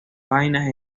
vainas